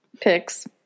Picks